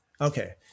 Okay